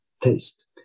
taste